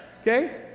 okay